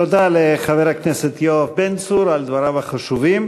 תודה לחבר הכנסת יואב בן צור על דבריו החשובים.